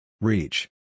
Reach